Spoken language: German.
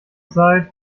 zeit